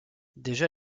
déjà